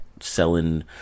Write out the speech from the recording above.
selling